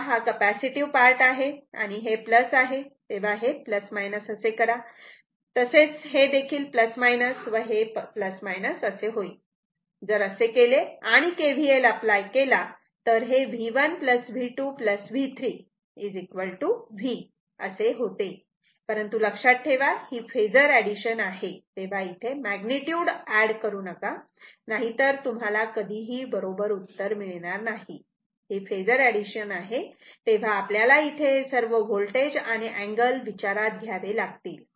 समजा हा capacitive part आहे आणि हे आहे तेव्हा हे असे करा तसेच हे देखील व हे असे होईल जर असे केले आणि KVL अप्लाय केला तर हे V1 V2 V3 V असे होते परंतु लक्षात ठेवा ही फेजर एडिशन आहे तेव्हा इथे मॅग्निट्युड एड करू नका नाहीतर तुम्हाला कधीही बरोबर उत्तर मिळणार नाही ही फेजर एडिशन आहे तेव्हा आपल्याला इथे हे सर्व होल्टेज आणि अँगल विचारात घ्यावे लागतील